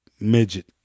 midget